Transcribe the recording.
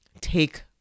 take